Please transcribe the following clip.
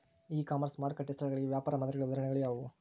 E commerce ಮಾರುಕಟ್ಟೆ ಸ್ಥಳಗಳಿಗೆ ವ್ಯಾಪಾರ ಮಾದರಿಗಳ ಉದಾಹರಣೆಗಳು ಯಾವುವು?